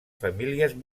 famílies